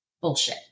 Bullshit